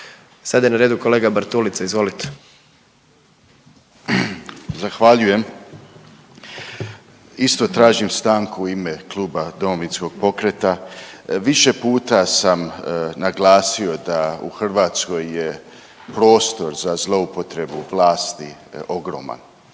Stephen Nikola (DP)** Zahvaljujem. Isto tražim stanku u ime Kluba Domovinskog pokreta. Više puta sam naglasio da u Hrvatskoj je prostor za zloupotrebu vlasti ogroman.